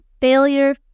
failure